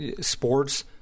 sports